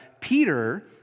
Peter